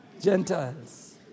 Gentiles